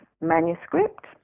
manuscript